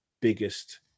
biggest